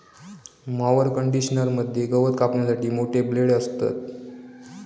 mower conditioner मध्ये गवत कापण्यासाठी मोठे ब्लेड असतत